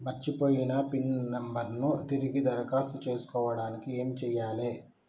మర్చిపోయిన pin number ను తిరిగి దరఖాస్తు చేసుకోవడానికి ఏమి చేయాలే?